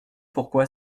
pourquoi